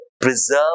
preserve